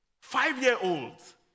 Five-year-olds